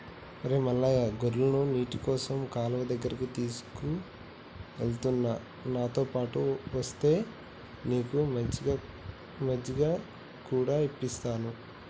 ఒరై మల్లయ్య గొర్రెలను నీటికోసం కాలువ దగ్గరికి తీసుకుఎలుతున్న నాతోపాటు ఒస్తే నీకు మజ్జిగ కూడా ఇప్పిస్తాను